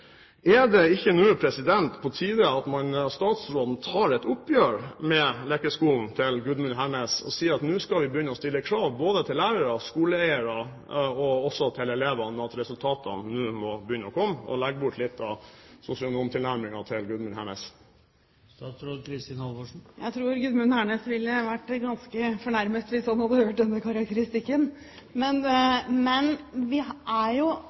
Er det ikke nå på tide at statsråden tar et oppgjør med lekeskolen til Gudmund Hernes og sier at nå skal vi begynne å stille krav både til lærere, skoleeiere og også til elevene om at resultatene må begynne å komme, og legge bort litt av sosionomtilnærmingen til Gudmund Hernes? Jeg tror Gudmund Hernes ville vært ganske fornærmet hvis han hadde hørt denne karakteristikken. Men vi er veldig klare på og opptatt av at vi